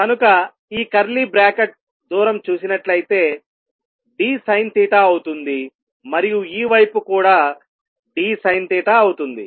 కనుక ఈ curly bracket దూరం చూసినట్లయితే dSin అవుతుంది మరియు ఈ వైపు కూడా dSin అవుతుంది